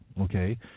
okay